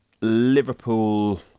Liverpool